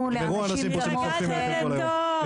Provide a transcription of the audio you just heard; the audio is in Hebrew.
נגמרו האנשים שמתחנפים אליכם כל יום,